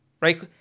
Right